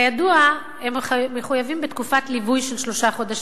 כידוע, הם מחויבים בתקופת ליווי של שלושה חודשים,